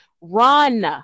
run